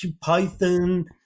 Python